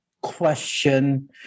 question